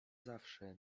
zawsze